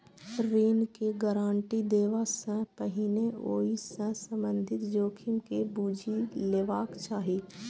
ऋण के गारंटी देबा सं पहिने ओइ सं संबंधित जोखिम के बूझि लेबाक चाही